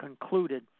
concluded